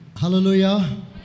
Hallelujah